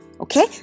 okay